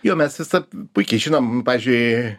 jo mes visad puikiai žinom pavyzdžiui